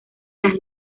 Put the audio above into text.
las